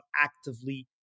actively